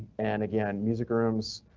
and again, music rooms,